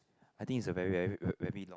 I think it's a very very very very long